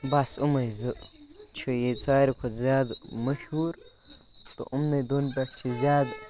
بَس یِمَے زٕ چھِ ییٚتہِ ساروی کھۄتہٕ زیادٕ مشہوٗر تہٕ یِمنٕے دۄن پٮ۪ٹھ چھِ زیادٕ